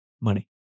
money